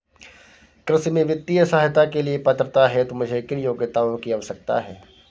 कृषि में वित्तीय सहायता के लिए पात्रता हेतु मुझे किन योग्यताओं की आवश्यकता है?